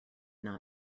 not